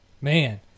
Man